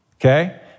Okay